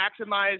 maximize